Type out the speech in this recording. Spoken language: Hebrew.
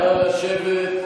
נא לשבת,